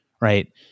Right